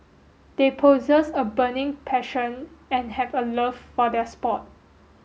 they possess a burning passion and have a love for their sport